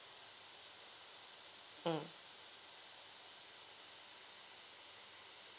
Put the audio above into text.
mm